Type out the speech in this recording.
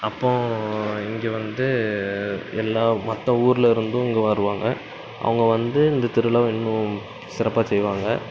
அப்போ இங்கே வந்து எல்லா மற்ற ஊரில் இருந்தும் இங்கே வருவாங்க அவங்க வந்து இந்த திருவிழாவ இன்னும் சிறப்பாக செய்வாங்க